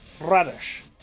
Radish